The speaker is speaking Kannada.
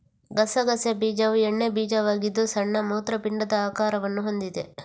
ಗಸಗಸೆ ಬೀಜವು ಎಣ್ಣೆ ಬೀಜವಾಗಿದ್ದು ಸಣ್ಣ ಮೂತ್ರಪಿಂಡದ ಆಕಾರವನ್ನು ಹೊಂದಿದೆ